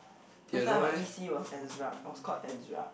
last time my E_C was Ezra was called Ezra